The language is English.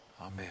Amen